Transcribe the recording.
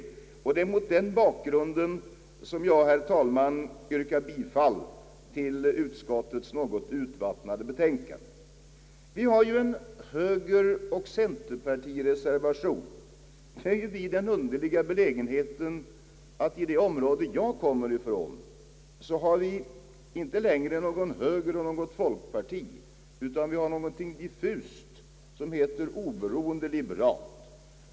Det är mot den bakgrunden som jag, herr talman, yrkar bifall till utskottets något urvattnade förslag. Vi har ju en högeroch centerpartireservation. Vi är ju i den underliga belägenheten att vi i det område som jag kommer ifrån inte längre har något högerparti eller folkparti utan någonting diffust, som heter »oberoende liberalt».